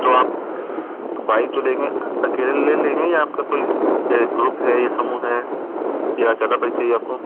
तो आप बाइक जो लेंगे अकेले लेंगे या आपका कोई ग्रुप है या समूह है या ज़्यादा बाइक चाहिए आपको